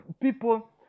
people